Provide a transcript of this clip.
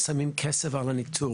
ששמים כסף על הניטור.